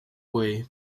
way